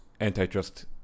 antitrust